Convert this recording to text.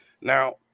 Now